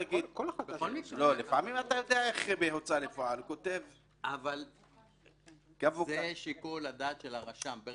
לפעמים בהוצאה לפועל הוא כותב --- זה שיקול הדעת של הרשם.